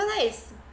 sometimes is